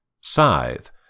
Scythe